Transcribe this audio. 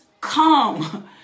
come